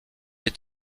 est